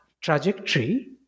trajectory